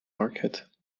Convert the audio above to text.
market